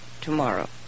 tomorrow